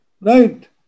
Right